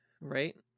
right